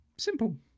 Simple